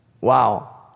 Wow